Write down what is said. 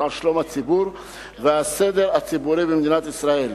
על שלום הציבור והסדר הציבורי במדינת ישראל,